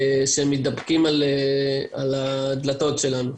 שמתדפקים על הדלתות שלנו.